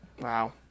Wow